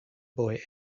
boy